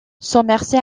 somerset